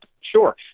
sure